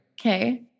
Okay